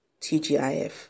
TGIF